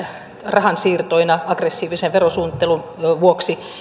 rahansiirtoina aggressiivisen verosuunnittelun vuoksi